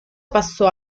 passò